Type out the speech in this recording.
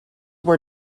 were